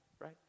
right